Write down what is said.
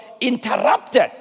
interrupted